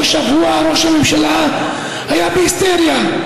באותו שבוע ראש הממשלה היה בהיסטריה,